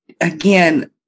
again